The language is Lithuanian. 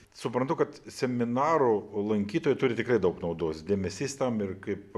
suprantu kad seminarų lankytojai turi tikrai daug naudos dėmesys tam ir kaip